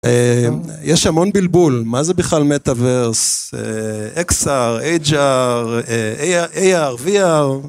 יש המון בלבול, מה זה בכלל מטאברס, אקס אר, אייג' אר, איי אר, איי אר, וי אר?